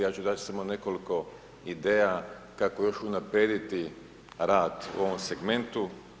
Ja ću dati samo nekoliko ideja kako još unaprijediti rad u ovom segmentu.